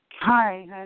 Hi